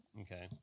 okay